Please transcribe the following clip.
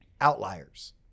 outliers